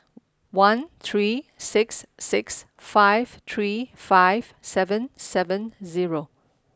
one three six six five three five seven seven zero